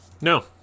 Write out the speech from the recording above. no